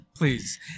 please